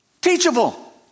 teachable